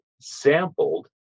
sampled